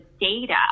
data